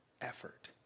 effort